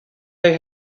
they